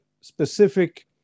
specific